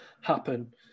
happen